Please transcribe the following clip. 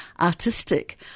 artistic